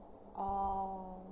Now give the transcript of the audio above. orh